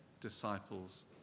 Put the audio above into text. disciples